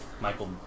Michael